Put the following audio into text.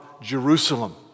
Jerusalem